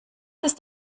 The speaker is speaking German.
ist